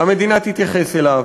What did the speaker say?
המדינה תתייחס אליו,